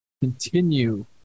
continue